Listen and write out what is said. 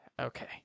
Okay